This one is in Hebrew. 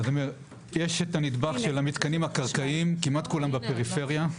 יש את הנדבך של המתקנים הקרקעיים; כמעט כולם נמצאים בפריפריה.